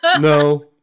No